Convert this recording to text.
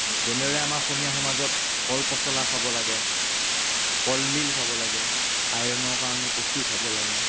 যেনেদৰে আমাৰ অসমীয়া সমাজত কল পচলা খাব লাগে কলডিল খাব লাগে আইৰনৰ কাৰণে কচু খাব লাগে